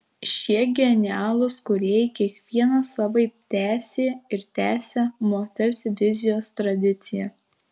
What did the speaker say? šie genialūs kūrėjai kiekvienas savaip tęsė ir tęsia moters vizijos tradiciją